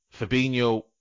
Fabinho